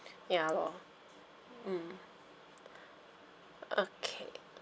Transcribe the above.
ya lor mm okay